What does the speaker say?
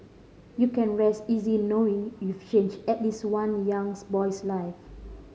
you can rest easy knowing you've changed at least one young's boy's life